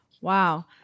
Wow